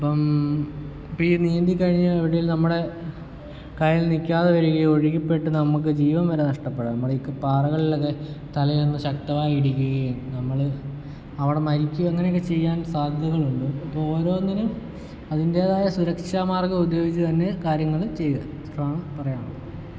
ഇപ്പം ഈ നീന്തി കഴിഞ്ഞ് എവിടേലും നമ്മുടെ കയ്യിൽ നിക്കാതെ വരികയോ ഒഴുക്കിൽ പെട്ട് ജീവൻ വരെ നഷ്ടപ്പെടാം നമ്മുടെ ഈ പാറകളിലൊക്കെ തല ചെന്ന് ശക്തമായിടിക്കുകയും നമ്മൾ അവിടെ മരിക്കുകയോ അങ്ങനേക്കെ ചെയ്യാൻ സാധ്യതകളുണ്ട് ഇപ്പോരോന്നിനും അതിൻറ്റേതായ സുരക്ഷാ മാർഗ്ഗം ഉപയോഗിച്ച് തന്നെ കാര്യങ്ങൾ ചെയ്യുക ഇത്രയാ ണ് പറയാനുള്ളത്